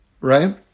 right